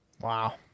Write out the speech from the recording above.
Wow